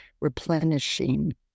replenishing